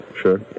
sure